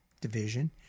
division